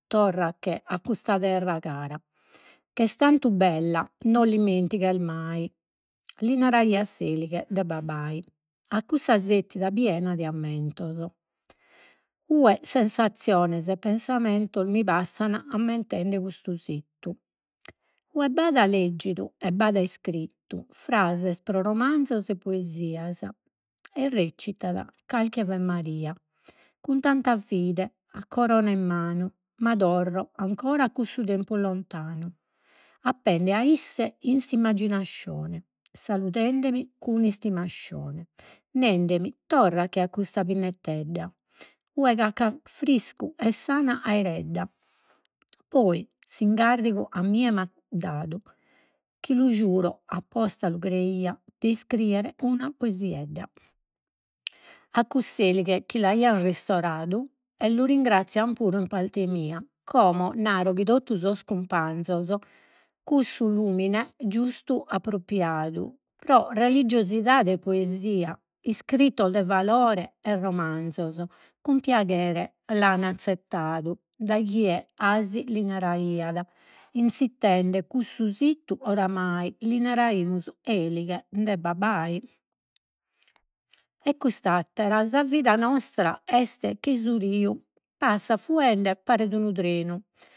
Torrache a custa terra cara ch'est tantu bella, non l'ismentighes mai. Li naraiat s'elighe de babbai a cussa piena de ammentos, 'ue sensazziones e pensamentos, mi passan ammentende cussu situ. 'Ue b'at leggidu e b'at iscrittu frases pro romanzos e poesias e recitat calchi Ave Maria, cun tanta fide a corona in manu. Ma torro ancora a cussu tempus lontanu, apende a isse in s'immagginascione, saludendemi cun nendemi, torrache a custa pinnettedda 'ue friscu e sana aeredda, poi s'ingarrigu a mie dadu, chi lu giuro apposta lu creia de iscriere una poesiedda, a cuss'elighe chi l'aiat ristoradu, e lu ringrazian puru in parte mia. Como naro chi totu sos cumpanzos, cussu lumine giustu appropriadu, pro religiosidade e poesia, iscrittos de valore e romanzos cun piaghere l'an azzettadu, da chie 'asi li naraiat inzitende cussu situ, oramai li naraimus elighe de babbai. E cust’attera, sa vida nostra est chei su riu, passat fuende paret un trenu